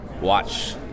watch